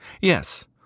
Yes